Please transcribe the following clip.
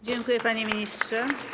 Dziękuję, panie ministrze.